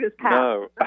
no